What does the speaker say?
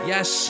Yes